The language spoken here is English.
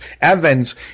Evans